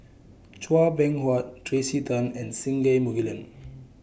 Chua Beng Huat Tracey Tan and Singai Mukilan